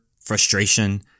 frustration